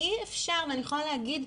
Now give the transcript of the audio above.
אי אפשר ואני יכולה להגיד,